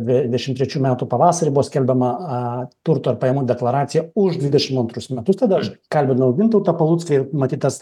dvidešimt trečių metų pavasarį buvo skelbiama aa turto ir pajamų deklaracija už dvidešimt antrus metus tada aš kalbinau gintautą palucką ir matyt tas